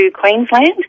Queensland